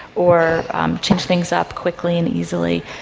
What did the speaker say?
or change things up quickly and easily.